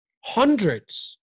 hundreds